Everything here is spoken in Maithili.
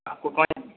आपको कहाँ जाना है